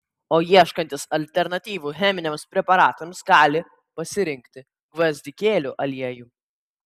o ieškantys alternatyvų cheminiams preparatams gali pasirinkti gvazdikėlių aliejų